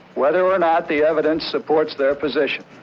whether or not the evidence supports their position.